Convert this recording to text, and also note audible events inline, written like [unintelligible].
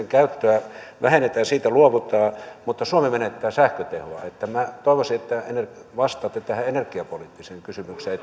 [unintelligible] käyttöä kyllä vähennetään ja siitä luovutaan mutta suomi menettää sähkötehoa toivoisin että vastaatte tähän energiapoliittiseen kysymykseen [unintelligible]